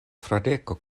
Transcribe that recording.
fradeko